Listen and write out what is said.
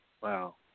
Wow